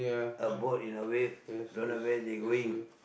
a boat in a wave don't know where they going